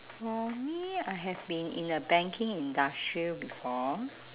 for me I have been in a banking industry before